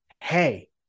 hey